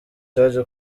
church